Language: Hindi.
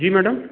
जी मैडम